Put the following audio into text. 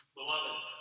Beloved